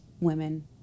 women